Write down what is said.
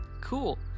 Cool